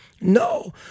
No